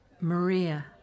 Maria